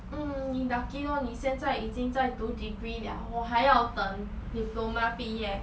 mm 你 lucky lor 你现在已经在读 degree 了我还要等 diploma 毕业